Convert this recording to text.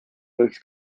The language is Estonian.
tohiks